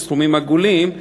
בסכומים עגולים,